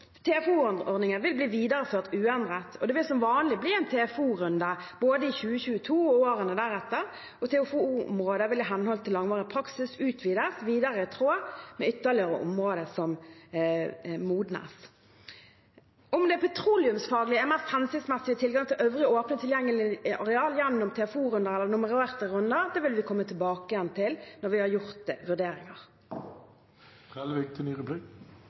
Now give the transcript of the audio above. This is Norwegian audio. det vil som vanlig bli en TFO-runde både i 2022 og i årene deretter. TFO-området vil i henhold til langvarig praksis utvides videre i tråd med ytterligere områder som modnes. Om det petroleumsfaglig er mest hensiktsmessig å gi tilgang til øvrige åpne, tilgjengelige areal gjennom TFO-runder eller nummererte runder, vil vi komme tilbake til når vi har gjort de vurderingene. Då forstår eg det